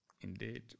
Indeed